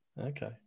Okay